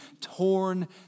torn